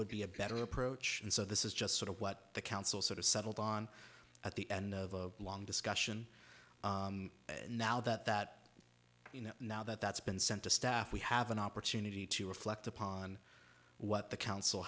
would be a better approach and so this is just sort of what the council sort of settled on at the end of a long discussion and now that that you know now that that's been sent to staff we have an opportunity to reflect upon what the council